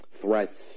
threats